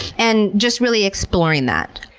and just really exploring that.